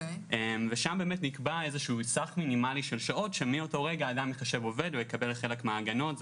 שם נקבע סף מינימלי של שעות שמעליו אדם יחשב כעובד ויקבל חלק מההגנות.